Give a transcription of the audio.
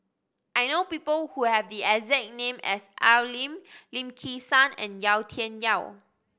I know people who have the exact name as Al Lim Lim Kim San and Yau Tian Yau